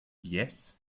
yes